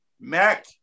Mac